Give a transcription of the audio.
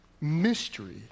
mystery